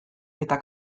eta